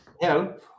help